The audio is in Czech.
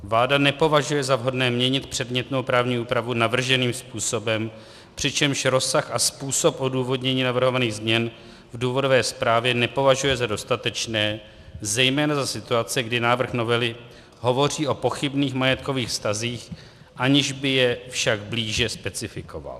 Vláda nepovažuje za vhodné měnit předmětnou právní úpravu navrženým způsobem, přičemž rozsah a způsob odůvodnění navrhovaných změn v důvodové zprávě nepovažuje za dostatečné, zejména za situace, kdy návrh novely hovoří o pochybných majetkových vztazích, aniž by je však blíže specifikoval.